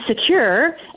secure